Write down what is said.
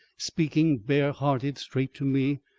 speaking bare-hearted straight to me.